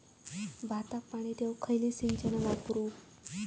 भाताक पाणी देऊक खयली सिंचन वापरू?